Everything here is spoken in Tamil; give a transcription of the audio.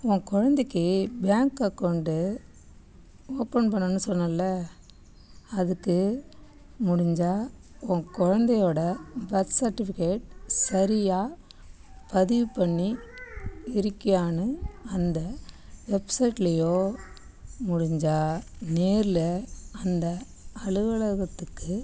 உன் குழந்தைக்கி பேங்க் அக்கௌண்டு ஓப்பன் பண்ணனுன்னு சொன்னேல்லை அதுக்கு முடிஞ்சா உன் குழந்தையோட பர்த் சர்ட்டிஃபிகேட் சரியாக பதிவு பண்ணி இருக்கியான்னு அந்த வெப்சைட்லையோ முடிஞ்சால் நேரில் அந்த அலுவலகத்துக்கு